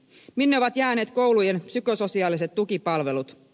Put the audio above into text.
minne ovat jääneet koulujen psykososiaaliset tukipalvelut